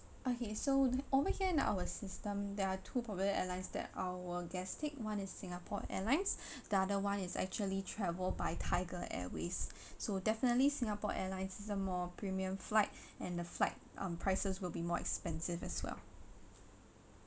okay so over here in our system there are two popular airlines that our guest take one is singapore airlines the other one is actually travel by tiger airways so definitely singapore airlines is the more premium flights and the flight um prices will be more expensive as well